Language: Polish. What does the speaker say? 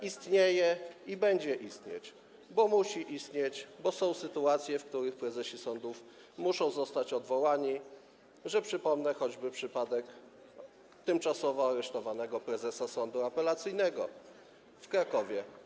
Istnieje i będzie istnieć, bo musi istnieć, bo są sytuacje, w których prezesi sądów muszą zostać odwołani, przypomnę choćby przypadek tymczasowo aresztowanego prezesa Sądu Apelacyjnego w Krakowie.